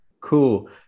Cool